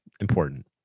important